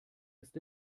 ist